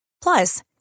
Plus